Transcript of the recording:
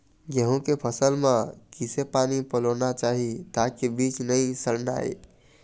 गेहूं के फसल म किसे पानी पलोना चाही ताकि बीज नई सड़ना ये?